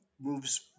moves